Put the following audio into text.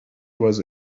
was